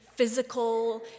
physical